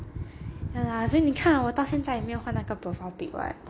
ya lah 所以你看我到现在也没有换那个 profile pic [what]